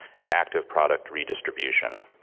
and active product redistribution.